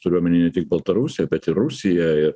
turiu omeny ne tik baltarusiją bet ir rusiją ir